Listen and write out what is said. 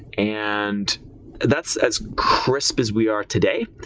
and that's as crisp as we are today.